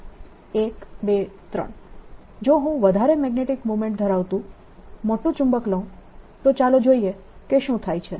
1 2 3 જો હું વધારે મેગ્નેટીક મોમેન્ટ ધરાવતું મોટું ચુંબક લઉં તો ચાલો જોઈએ કે શું થાય છે